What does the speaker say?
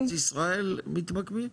אתם בארץ ישראל מתמקמים?